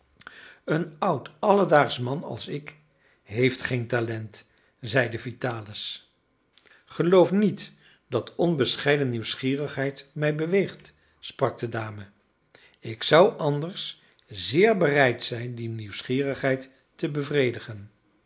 een oud alledaagsch man als ik heeft geen talent zeide vitalis geloof niet dat onbescheiden nieuwsgierigheid mij beweegt sprak de dame ik zou anders zeer bereid zijn die nieuwsgierigheid te bevredigen